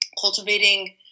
cultivating